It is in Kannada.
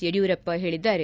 ಯಡಿಯೂರಪ್ಪ ಹೇಳಿದ್ದಾರೆ